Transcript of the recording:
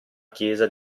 chiesa